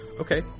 Okay